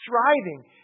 striving